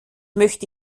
möchte